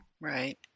Right